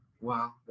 Wow